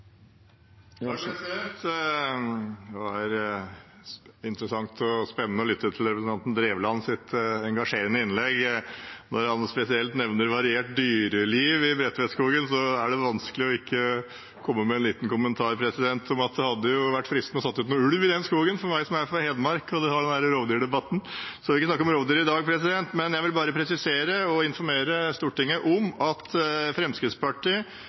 Det var interessant og spennende å lytte til representanten Drevland Lunds engasjerende innlegg. Når han spesielt nevner et variert dyreliv i Bredtvedtskogen, er det vanskelig å ikke komme med en liten kommentar om at det hadde vært fristende å sette ut ulv i den skogen for meg som er fra Hedmark, og vi hadde fått en rovdyrdebatt. Vi skal ikke snakke om rovdyr i dag, men jeg vil bare presisere og informere Stortinget om at Fremskrittspartiet